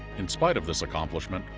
in spite of this accomplishment,